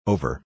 Over